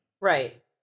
Right